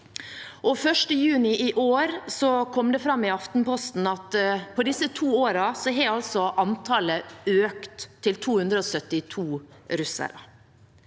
i Aftenposten at på disse to årene har antallet økt til 272 russere.